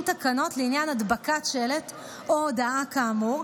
תקנות לעניין הדבקת שלט או הודעה כאמור,